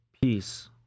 peace